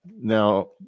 now